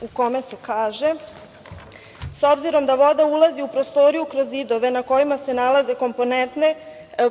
u kome se kaže: „S obzirom da voda ulazi u prostoriju kroz zidove na kojima se nalaze